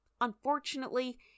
Unfortunately